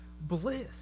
bliss